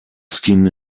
skin